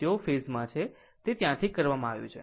તેઓ ફેઝ માં છે તે ત્યાંથી કરવામાં આવ્યું છે